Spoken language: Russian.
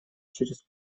через